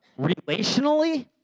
Relationally